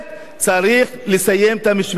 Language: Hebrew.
צריך לסיים את המשמרת שלו.